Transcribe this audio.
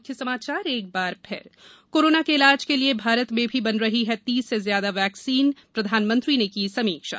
मुख्य समाचार कोरोना के इलाज के लिए भारत में भी बन रही हैं तीस से ज्यादा वैक्सीन प्रधानमंत्री ने की समीक्षा की